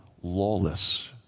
Lawless